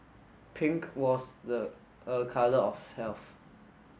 pink was the colour of health